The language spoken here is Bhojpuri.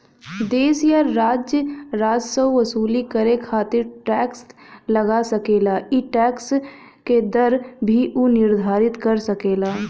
देश या राज्य राजस्व वसूल करे खातिर टैक्स लगा सकेला ई टैक्स क दर भी उ निर्धारित कर सकेला